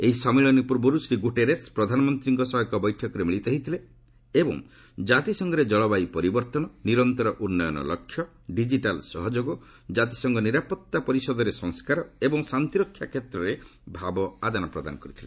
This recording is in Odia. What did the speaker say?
ଏହି ସମ୍ମିଳନୀ ପୂର୍ବରୁ ଶ୍ରୀ ଗୁଟେରସ୍ ପ୍ରଧାନମନ୍ତ୍ରୀଙ୍କ ସହ ଏକ ବୈଠକରେ ମିଳିତ ହୋଇଥିଲେ ଏବଂ ଜାତିସଂଘରେ ଜଳବାୟ ପରିବର୍ତ୍ତନ ନିରନ୍ତର ଉନ୍ୟନ ଲକ୍ଷ୍ୟ ଡିଜିଟାଲ୍ ସହଯୋଗ ଜାତିସଂଘ ନିରାପତ୍ତା ପରିଷଦରେ ସଂସ୍କାର ଏବଂ ଶାନ୍ତିରକ୍ଷା କ୍ଷେତ୍ରରେ ଭାବ ଆଦାନ ପ୍ରଦାନ କରିଥିଲେ